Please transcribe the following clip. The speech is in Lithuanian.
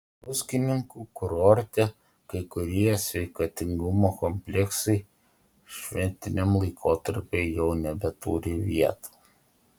druskininkų kurorte kai kurie sveikatingumo kompleksai šventiniam laikotarpiui jau nebeturi vietų